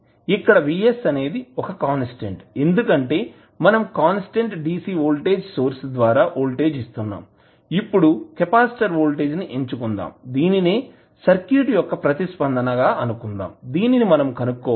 ఇక్కడ Vs అనేది ఒక కాన్స్టాంట్ ఎందుకంటే మనం కాన్స్టాంట్ DC వోల్టేజ్ సోర్స్ ద్వారా వోల్టేజ్ ఇస్తున్నాం ఇప్పుడు కెపాసిటర్ వోల్టేజ్ ని ఎంచుకుందాం దీనినే సర్క్యూట్ యొక్క ప్రతిస్పందన గా అనుకుందాం దీనిని మనం కనుక్కోవాలి